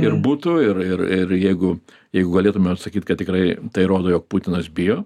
ir būtų ir ir ir jeigu jeigu galėtume sakyt kad tikrai tai rodo jog putinas bijo